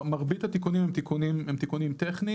מרבית התיקונים הם תיקונים טכניים.